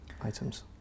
items